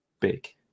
big